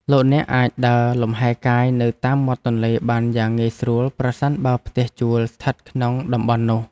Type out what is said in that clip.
លោកអ្នកអាចដើរលំហែរកាយនៅតាមមាត់ទន្លេបានយ៉ាងងាយស្រួលប្រសិនបើផ្ទះជួលស្ថិតក្នុងតំបន់នោះ។